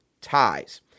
ties